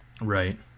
right